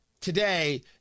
today